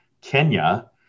Kenya